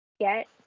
get